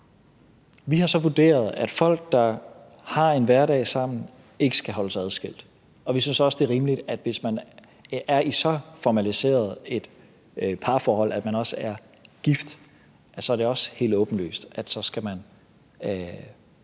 Vi har så vurderet, at folk, der har en hverdag sammen, ikke skal holdes adskilt, og vi synes også, at det er rimeligt, at hvis man er i så formaliseret et parforhold, at man også er gift, så er det også helt åbenlyst, at man skal have